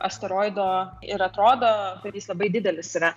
asteroido ir atrodo kad jis labai didelis yra